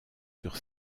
sur